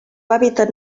hàbitat